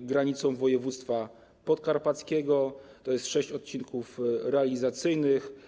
granicą województwa podkarpackiego, to jest sześć odcinków realizacyjnych.